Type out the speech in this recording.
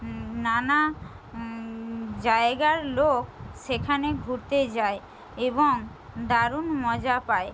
নানা জায়গার লোক সেখানে ঘুরতে যায় এবং দারুন মজা পায়